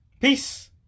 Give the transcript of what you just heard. peace